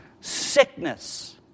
sickness